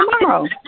tomorrow